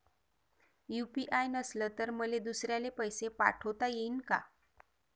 UPI नसल तर मले दुसऱ्याले पैसे पाठोता येईन का?